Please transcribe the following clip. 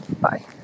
bye